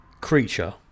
creature